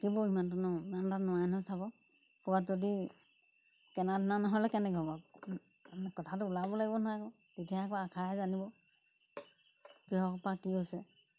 কিয়বোৰ ইমানটো ন ইমান তাত নোৱাৰে নহয় চাব ক'ৰবাত যদি কেনা ধেনা নহ'লে কেনেকে হ'ব কথাটো ওলাব লাগিব নহয় আকৌ তেতিয়াহে আকৌ আশাহে জানিব কিহৰ পৰা কি হৈছে